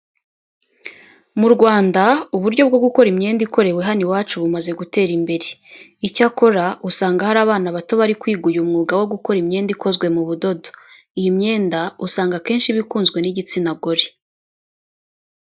Mu Rwanda, uburyo bwo gukora imyenda ikorewe hano iwacu bumaze gutera imbere. Icyakora, usanga hari abana bato bari kwiga uyu mwuga wo gukora imyenda ikozwe mu budodo. Iyi myenda usanga akenshi iba ikunzwe n'igitsina gore.